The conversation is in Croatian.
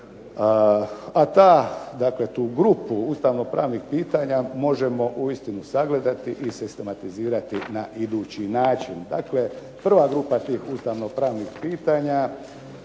Ustava, a u tu grupu ustavno pravnih pitanja možemo uistinu sagledati i sistematizirati na idući način. Dakle, prva grupa tih ustavno pravnih pitanja,